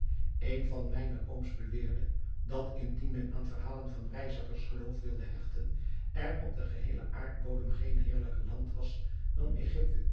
een van mijne ooms beweerde dat indien men aan verhalen van reizigers geloof wilde hechten er op den geheelen aardbodem geen heerlijker land was dan